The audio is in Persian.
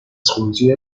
خروجی